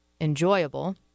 enjoyable